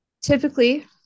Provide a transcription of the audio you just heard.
typically